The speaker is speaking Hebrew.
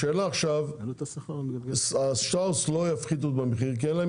השאלה היא שטראוס לא יפחיתו במחיר כי אין להם